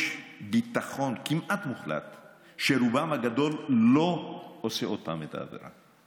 יש ביטחון כמעט מוחלט שרובם הגדול לא יעשה עוד פעם את העבירה.